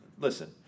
listen